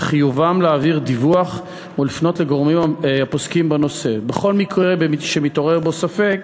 וחיובם להעביר דיווח ולפנות לגורמים הפוסקים בנושא בכל מקרה שמתעורר ספק